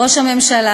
ראש הממשלה